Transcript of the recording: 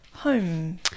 Home